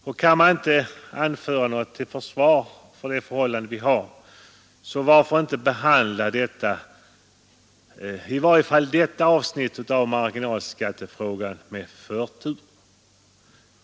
Och kan man inte anföra något försvar för det förhållande som nu råder, varför då inte behandla i varje fall detta avsnitt av marginalskattefrågan med förtur?